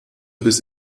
bis